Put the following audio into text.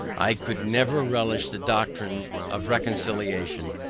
i could never relish the doctrine of reconciliation,